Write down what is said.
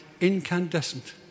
incandescent